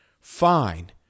fine